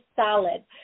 solid